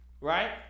Right